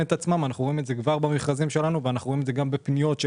ואנחנו רואים את זה גם במכרזים שלנו וגם בפניות של